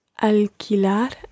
alquilar